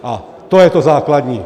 A to je to základní.